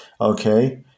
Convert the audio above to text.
Okay